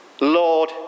Lord